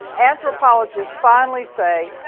anthropologists finally say,